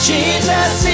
Jesus